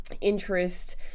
interest